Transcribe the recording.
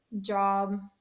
job